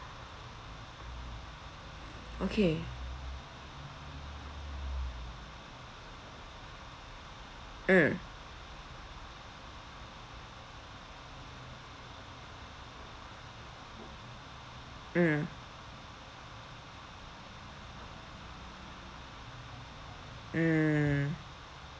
okay mm mm mm